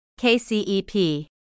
KCEP